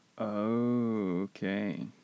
Okay